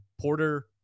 Porter